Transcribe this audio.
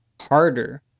harder